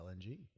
LNG